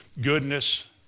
goodness